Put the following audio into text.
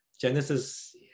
Genesis